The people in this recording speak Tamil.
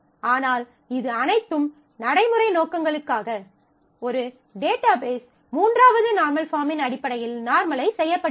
ஆனால் இது அனைத்தும் நடைமுறை நோக்கங்களுக்காக ஒரு டேட்டாபேஸ் மூன்றாவது நார்மல் பாஃர்ம்மின் அடிப்படையில் நார்மலைஸ் செய்யப்படுகிறது